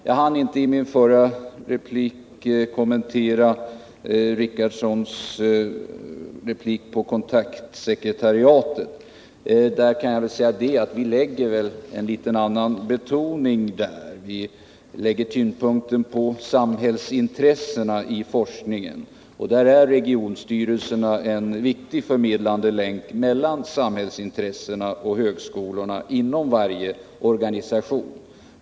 Jag hann inte i min förra replik kommentera vad Gunnar Richardson sade om kontaktsekretariatet. Jag skulle vilja säga att därvidlag lägger vi tyngdpunkten på samhällsintressena i forskningen, och då är regionstyrel serna en viktig förmedlande länk mellan samhällsintressena och högskolorna inom varje organisation.